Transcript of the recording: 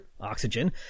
oxygen